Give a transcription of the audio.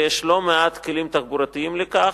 ויש לא מעט כלים תחבורתיים לכך,